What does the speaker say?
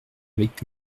avec